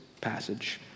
passage